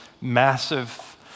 massive